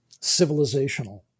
civilizational